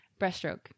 Breaststroke